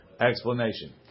explanation